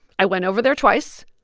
i went over there twice.